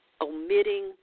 omitting